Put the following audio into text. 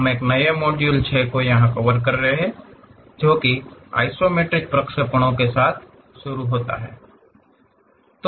हम एक नए मॉड्यूल 6 को यहा कवर कर रहे हैं जो कि आइसोमेट्रिक प्रक्षेपणों के साथ शुरू होता है